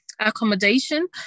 accommodation